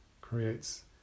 creates